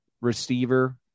receiver